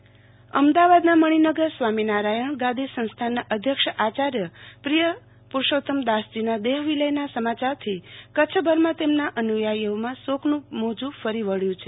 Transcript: સ્વામી દેહાવસના અમદાવાદના મણીનગર સ્વામિનારાયણ ગાદી સંસ્થાનના અધ્યક્ષ આચાર્ય પ્રિયપુરુષોત્તમદાસજીના દેહવિલયના સમાચારથી કચ્છભરમાં તેમના અનુયાયીઓમાં શોકનું મોજૂં ફરી વળ્યું છે